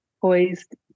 poised